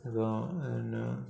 അതു പോലെ തന്നെ